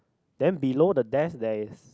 then below the desk there's